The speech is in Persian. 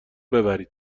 ببرین